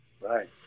Right